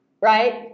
right